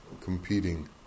competing